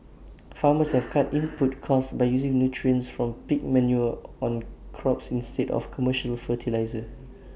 farmers have cut input costs by using nutrients from pig manure on crops instead of commercial fertiliser